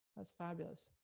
that's fabulous.